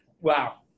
Wow